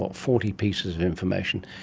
ah forty pieces of information.